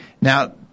Now